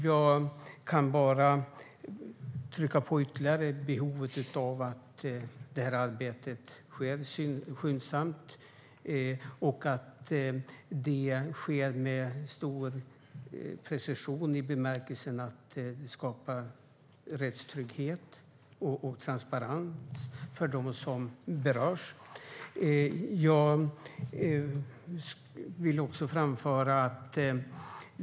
Jag vill bara ytterligare trycka på behovet av att det här arbetet sker skyndsamt och med stor precision för att skapa rättstrygghet och transparens för dem som berörs.